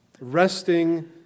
resting